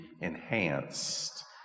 enhanced